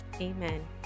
Amen